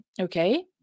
Okay